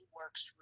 works